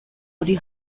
hori